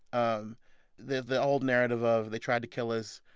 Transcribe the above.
um the the old narrative of, they tried to kill us.